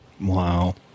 Wow